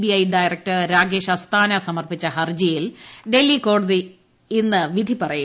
BI director Rakesh Asthana സമർപ്പിച്ച ഹർജിയിൽ ഡൽഹി ഹൈക്കോടതി ഇന്ന് വിധിപറയും